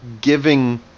giving